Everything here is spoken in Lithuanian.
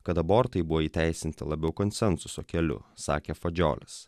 kad abortai buvo įteisinta labiau konsensuso keliu sakė fadžiolis